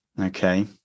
Okay